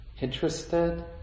interested